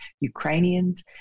Ukrainians